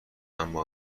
اما